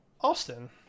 Austin